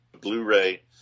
Blu-ray